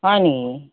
হয় নেকি